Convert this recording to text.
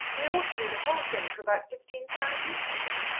we ought to do the whole thing for about fifteen pounds each, i think,